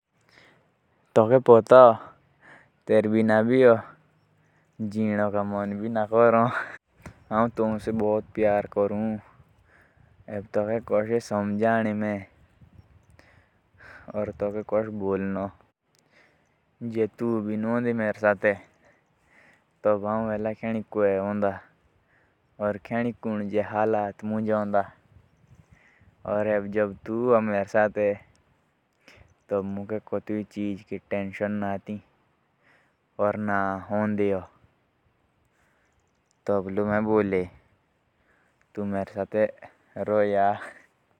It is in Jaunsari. तेरको पता है मैं तेरसे बहुत ज़्यादा प्यार करता हूँ। अगर मेरे साथ तो नहीं होती ना तो मैं पता नहीं कौन सी हालत में होता अभी तेरको पता भी नहीं होगा।